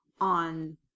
on